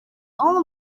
all